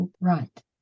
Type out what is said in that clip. right